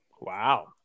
Wow